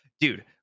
dude